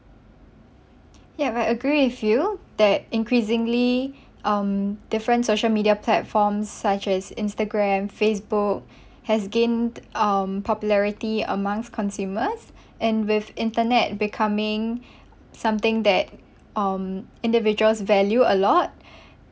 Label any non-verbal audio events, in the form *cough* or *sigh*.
yup I agree with you that increasingly um different social media platforms such as Instagram Facebook *breath* has gained um popularity amongst consumers *breath* and with internet becoming *breath* something that um individuals value a lot *breath*